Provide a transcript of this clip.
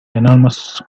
enormous